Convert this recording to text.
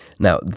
Now